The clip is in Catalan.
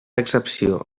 excepció